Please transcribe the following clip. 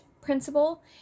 principle